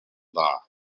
dda